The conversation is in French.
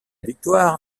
victoire